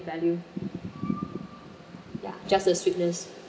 value ya just a sweetness